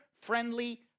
friendly